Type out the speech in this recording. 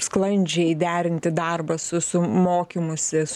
sklandžiai derinti darbą su su mokymusi su